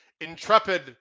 intrepid